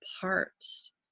parts